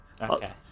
Okay